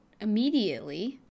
immediately